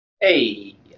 Hey